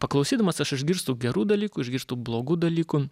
paklausydamas aš išgirstu gerų dalykų išgirstu blogų dalykų